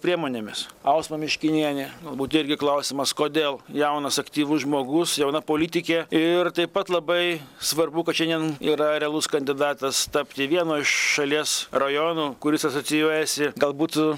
priemonėmis ausma miškinienė galbūt irgi klausimas kodėl jaunas aktyvus žmogus jauna politikė ir taip pat labai svarbu kad šiandien yra realus kandidatas tapti vieno iš šalies rajonų kuris asocijuojasi galbūt